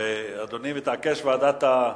אדוני מתעקש בוועדת הביקורת?